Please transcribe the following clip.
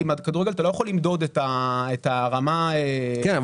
בכדורגל אתה לא יכול למדוד את הרמה --- אתה אומר,